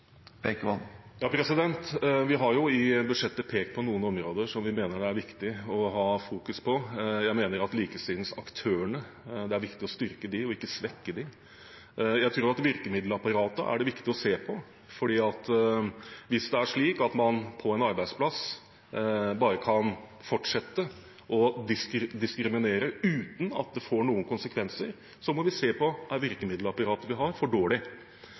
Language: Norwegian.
likestilt samfunn? Vi har i budsjettet pekt på noen områder som vi mener det er viktig å fokusere på. Jeg mener det er viktig å styrke likestillingsaktørene, ikke svekke dem. Jeg tror at det er viktig å se på virkemiddelapparatet, for hvis det er slik at man på en arbeidsplass bare kan fortsette å diskriminere uten at det får noen konsekvenser, må man se på om virkemiddelapparatet vi har, er for